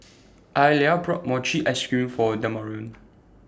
Ayla bought Mochi Ice Cream For Demarion